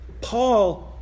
Paul